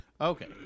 Okay